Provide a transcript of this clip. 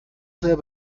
sehr